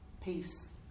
peace